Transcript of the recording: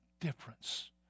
difference